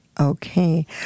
Okay